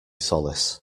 solace